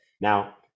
Now